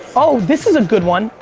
oh, this is a good one,